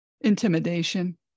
Intimidation